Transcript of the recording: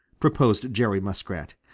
proposed jerry muskrat.